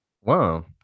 Wow